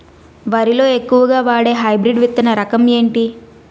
వరి లో ఎక్కువుగా వాడే హైబ్రిడ్ విత్తన రకం ఏంటి?